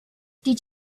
did